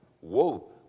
whoa